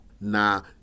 now